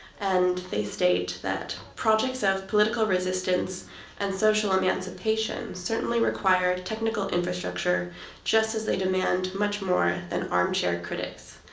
and they state that projects of political resistance and social emancipation certainly require technical infrastructure just as they demand much more than armchair critics.